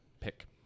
pick